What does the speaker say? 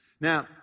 Now